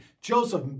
Joseph